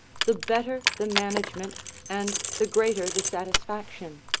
the better the management and the greater the satisfaction,